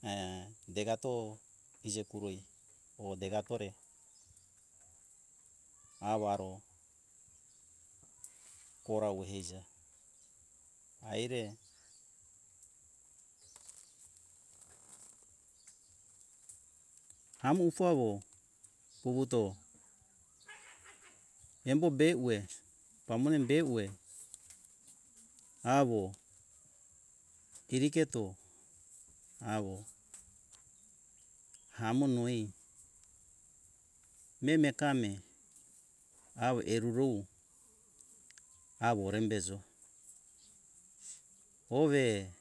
degato ize kurei or degato re awaro kora wo eiza aire amu ufo awo wuwuto embo be uwe pamone be uwe awo iriketo awo hamo noi meme kame awo eru rou awo rembezo ove